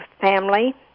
family